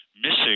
missing